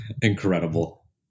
Incredible